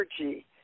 energy